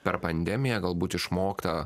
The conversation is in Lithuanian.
per pandemiją galbūt išmokta